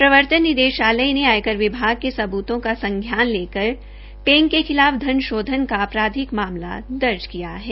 प्रर्वतन निर्देशालय ने आयकर विभाग के सबूतों का संज्ञान लेकर पेंग के खिलाफ धन शोधन का आपराधिक मामला दर्ज किया है